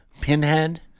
pinhead